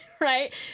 right